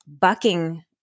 bucking